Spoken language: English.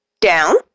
Down